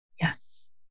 Yes